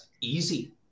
easy